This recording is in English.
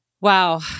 Wow